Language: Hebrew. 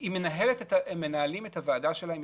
הם מנהלים את הוועדה שלהם,